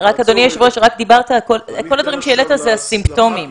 כל הדברים שהעלית זה הסימפטומים.